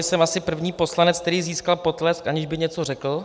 Jsem asi první poslanec, který získal potlesk, aniž by něco řekl.